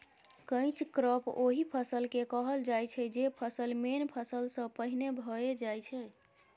catch crop ओहि फसल केँ कहल जाइ छै जे फसल मेन फसल सँ पहिने भए जाइ छै